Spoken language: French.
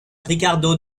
ricardo